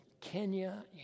Kenya